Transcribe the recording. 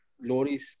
Loris